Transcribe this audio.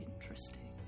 interesting